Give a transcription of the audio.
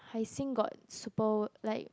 Hai Xing got super like